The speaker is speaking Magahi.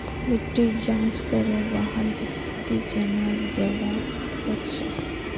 मिट्टीर जाँच करे वहार स्थिति जनाल जवा सक छे